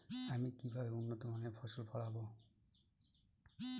আমি কিভাবে উন্নত মানের ফসল ফলাবো?